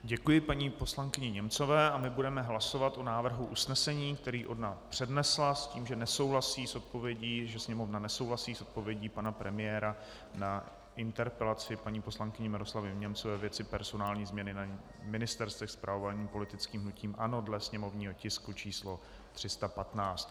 Děkuji paní poslankyni Němcové a budeme hlasovat o návrhu usnesení, který přednesla, s tím, že Sněmovna nesouhlasí s odpovědí pana premiéra na interpelaci paní poslankyně Miroslavy Němcové ve věci personální změny na ministerstvech spravovaných politickým hnutím ANO dle sněmovního tisku číslo 315.